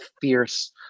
fierce